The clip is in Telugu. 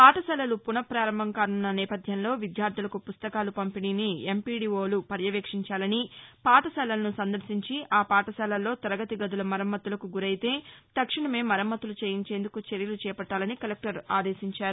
పాఠశాలలు పున పారంభం కానున్న నేపథ్యంలో విద్యార్దులకు పుస్తకాలు పంపిణీని ఎంపిడిఓలు పర్యవేక్షించాలని పాఠశాలలసు సందర్శించి ఆ పాఠశాలలో తరగతి గదులు మరమ్మతులకు గురైతే తక్షణమే మరమ్మతులు చేయించేందుకు చర్యలు చేపట్టాలని కలెక్షర్ ఆదేశించారు